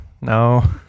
No